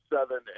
seven